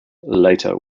later